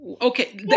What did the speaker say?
Okay